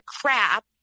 crap